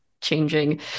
changing